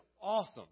awesome